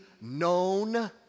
known